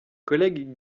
collègue